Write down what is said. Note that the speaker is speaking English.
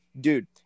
Dude